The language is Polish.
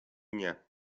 nie